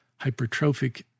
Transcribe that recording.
hypertrophic